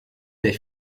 des